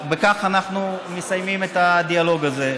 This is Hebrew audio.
וכך אנחנו מסיימים את הדיאלוג הזה.